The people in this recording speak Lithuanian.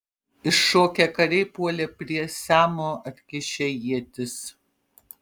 iššokę kariai puolė prie semo atkišę ietis